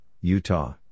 Utah